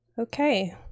Okay